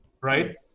right